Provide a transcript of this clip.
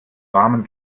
warmen